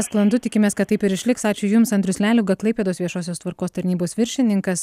sklandu tikimės kad taip ir išliks ačiū jums andrius leliuga klaipėdos viešosios tvarkos tarnybos viršininkas